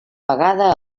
vegada